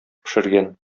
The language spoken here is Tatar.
пешергән